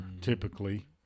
typically